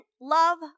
love